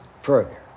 further